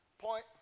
Point